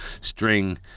string